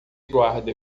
guarde